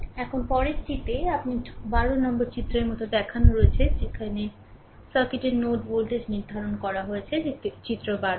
এখন পরেরটিটি আপনার 12 চিত্রের মতো দেখানো হয়েছে যে সার্কিটের নোড ভোল্টেজ নির্ধারণ করা হয়েছে যে চিত্র 12